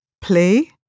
play